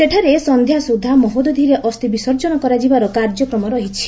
ସେଠାରେ ସନ୍ଧ୍ୟା ସୁଦ୍ଧା ମହୋଦଧିରେ ଅସ୍ଥି ବିସର୍ଜନ କରାଯିବାର କାର୍ଯ୍ୟକ୍ରମ ରହିଛି